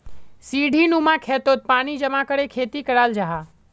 सीढ़ीनुमा खेतोत पानी जमा करे खेती कराल जाहा